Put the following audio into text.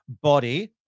body